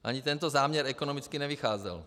Ani tento záměr ekonomicky nevycházel.